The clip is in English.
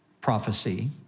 prophecy